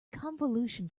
convolution